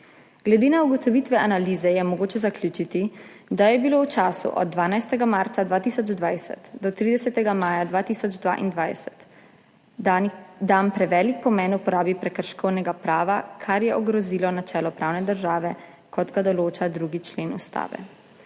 Glede na ugotovitve analize je mogoče zaključiti, da je bil v času od 12. marca 2020 do 30. maja 2022 dan prevelik pomen uporabi prekrškovnega prava, kar je ogrozilo načelo pravne države, kot ga določa 2. člen Ustave.